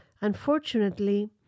Unfortunately